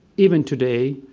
even today,